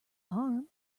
harm